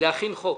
להכין חוק